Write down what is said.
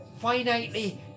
finitely